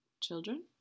Children